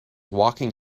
walking